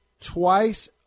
twice